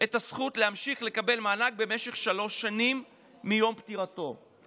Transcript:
את הזכות להמשיך לקבל מענק במשך שלוש שנים מיום פטירת בן הזוג.